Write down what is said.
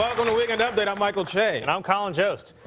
um but to weekend update. i'm michael che. and i'm colin jost.